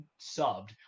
subbed